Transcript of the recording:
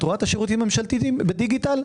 את רואה את השירותים הממשלתיים בדיגיטל?